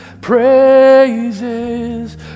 praises